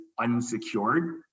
unsecured